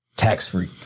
tax-free